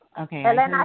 okay